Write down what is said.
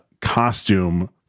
costume